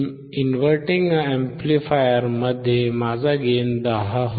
inverting amplifier माझा gain 10 होईल